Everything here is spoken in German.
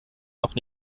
noch